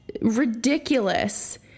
ridiculous